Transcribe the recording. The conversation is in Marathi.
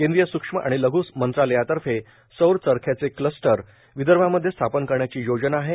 केंद्रीय स्क्ष्म आणि लघ् मंत्रालयातर्फे सौर चरख्याचे क्लस्टर विदर्भामध्ये स्थापन करण्याची योजना आहे